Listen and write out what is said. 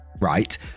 right